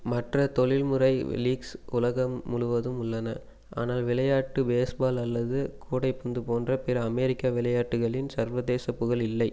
மற்ற தொழில்முறை லீக்ஸ் உலகம் முழுவதும் உள்ளன ஆனால் விளையாட்டு பேஸ்பால் அல்லது கூடைப்பந்து போன்ற பிற அமெரிக்க விளையாட்டுகளின் சர்வதேச புகழ் இல்லை